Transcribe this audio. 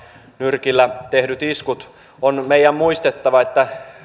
nyrkillä tehdyt iskut on meidän muistettava että